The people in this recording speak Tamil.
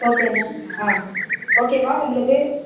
ஓகே மேம் ஆ ஓகேவா உங்களுக்கு